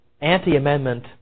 anti-amendment